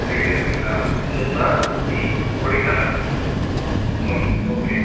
three டேஸுங்களா மூணார் ஊட்டி கொடைக்கானல் ம் okay